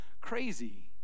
crazy